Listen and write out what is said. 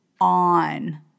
on